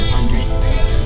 understand